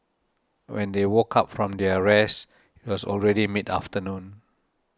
when they woke up from their rest it was already mid afternoon